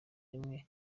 rimwe